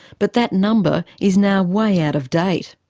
but that number is now way out of date.